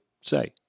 say